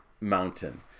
Mountain